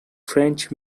french